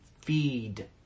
feed